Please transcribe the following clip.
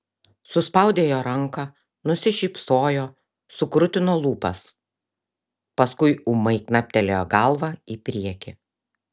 suspaudė jo ranką nusišypsojo sukrutino lūpas paskui ūmai knaptelėjo galva į priekį